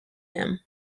him